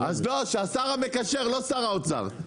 אז לא, שהשר המקשר, לא שר האוצר.